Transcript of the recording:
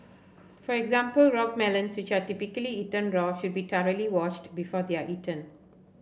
for example rock melons which are typically eaten raw should be thoroughly washed before they are eaten